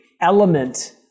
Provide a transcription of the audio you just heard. element